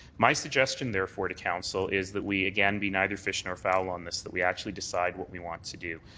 my so discussion, and therefore, to council is that we again be neither fish nor fowl on this. that we actually decide what we want to do.